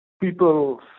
people